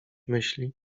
myśli